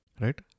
Right